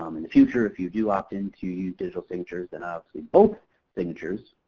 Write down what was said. um in the future, if you do opt in to use digital signatures then obviously both signatures,